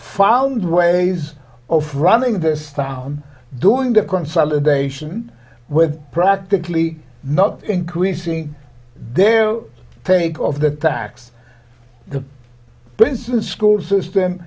found ways of running this town doing the consolidation with practically not increasing their take of the tax the benson school system